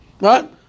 Right